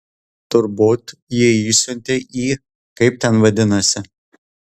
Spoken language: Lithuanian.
turbūt jį išsiuntė į kaip ten vadinasi